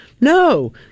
No